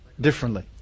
differently